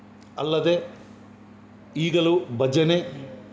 ಅಲ್ಲದೆ ಈಗಲೂ ಭಜನೆ